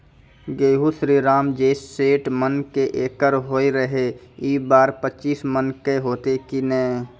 गेहूँ श्रीराम जे सैठ मन के एकरऽ होय रहे ई बार पचीस मन के होते कि नेय?